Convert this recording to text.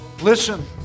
listen